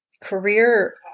Career